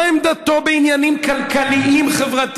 מה עמדתו בעניינים כלכליים-חברתיים,